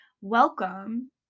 Welcome